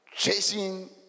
Chasing